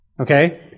Okay